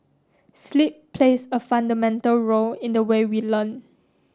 sleep plays a fundamental role in the way we learn